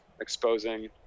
exposing